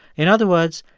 in other words,